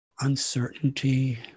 Uncertainty